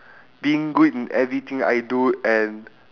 being good in everything I do and